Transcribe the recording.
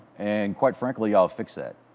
and, quite frankly, y'all fixed that.